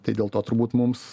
tai dėl to turbūt mums